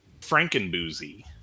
frankenboozy